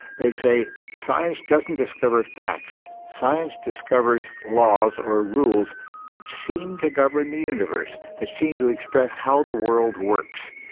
they say science doesn't discover facts, science discovers laws or rules that seem to govern the universe, that seem to express how the world works.